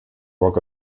walk